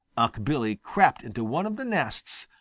unc' billy crept into one of the nests,